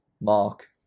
Mark